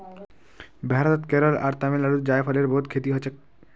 भारतत केरल आर तमिलनाडुत जायफलेर बहुत खेती हछेक